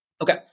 Okay